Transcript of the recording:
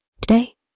Today